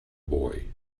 boy